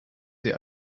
sie